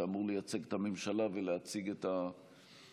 שאמור לייצג את הממשלה ולהציג את החוק,